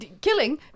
killing